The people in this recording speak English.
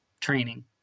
training